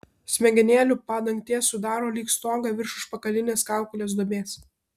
smegenėlių padangtė sudaro lyg stogą virš užpakalinės kaukolės duobės